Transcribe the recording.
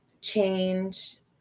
change